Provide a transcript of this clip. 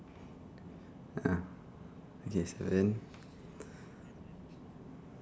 ah okay so then